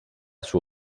sua